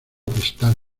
cristal